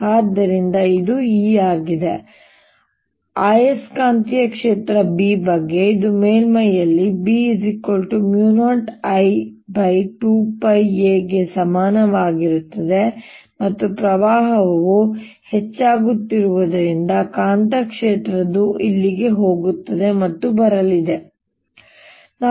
ಆದ್ದರಿಂದ ಇದು E ಆಗಿದೆ ಆಯಸ್ಕಾಂತೀಯ ಕ್ಷೇತ್ರ B ಬಗ್ಗೆ ಇದು ಮೇಲ್ಮೈಯಲ್ಲಿ B0I2πa ಗೆ ಸಮನಾಗಿರುತ್ತದೆ ಮತ್ತು ಪ್ರವಾಹವು ಹೆಚ್ಚಾಗುತ್ತಿರುವುದರಿಂದ ಕಾಂತಕ್ಷೇತ್ರವು ಇಲ್ಲಿಗೆ ಹೋಗುತ್ತಿದೆ ಮತ್ತು ಬರಲಿದೆ ಇಲ್ಲಿ ಹೊರಗೆ